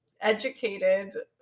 educated